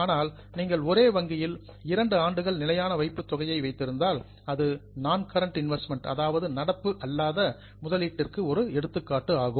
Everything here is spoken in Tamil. ஆனால் நீங்கள் ஒரே வங்கியில் இரண்டு ஆண்டுகள் நிலையான வைப்புத் தொகையை வைத்திருந்தால் அது நான் கரன்ட் இன்வெஸ்ட்மெண்ட் நடப்பு அல்லாத முதலீட்டிற்கு ஒரு எடுத்துக்காட்டு ஆகும்